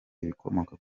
ibikomoka